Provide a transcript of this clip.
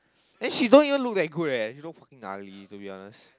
and she don't even look that good eh she look fucking gnarly to be honest